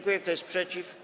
Kto jest przeciw?